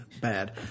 bad